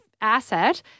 asset